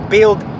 Build